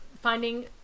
finding